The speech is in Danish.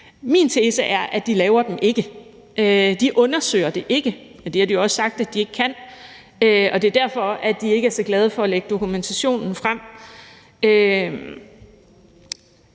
Min tese er, at de ikke laver dem, og at de ikke undersøger det – og det har de jo også sagt at de ikke kan – og at det er derfor, de ikke er så glade for at lægge dokumentation frem.